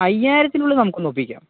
അയ്യായിരത്തിനുള്ളിൽ നമുക്കൊന്നൊപ്പിക്കാം